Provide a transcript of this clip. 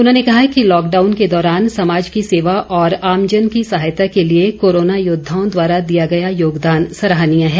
उन्होंने कहा कि लॉकडाउन के दौरान समाज की सेवा और आमजन की सहायता के लिए कोरोना योद्वाओं द्वारा दिया गया योगदान सराहनीय है